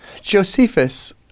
Josephus